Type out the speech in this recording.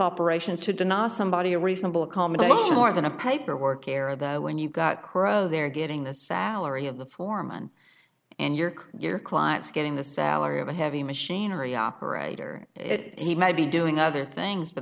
operation to deny somebody a reasonable accommodation more than a paperwork error though when you've got crow they're getting the salary of the foreman and you're your clients getting the salary of a heavy machinery operator it he may be doing other things but